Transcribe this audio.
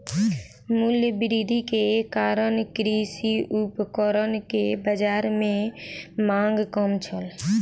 मूल्य वृद्धि के कारण कृषि उपकरण के बाजार में मांग कम छल